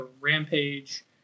rampage